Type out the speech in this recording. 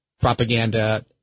propaganda